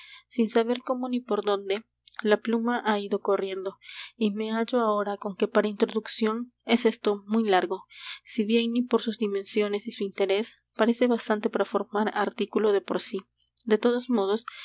sin saber cómo ni por dónde la pluma ha ido corriendo y me hallo ahora con que para introducción es esto muy largo si bien ni por sus dimensiones y su interés parece bastante para formar artículo de por sí de todos modos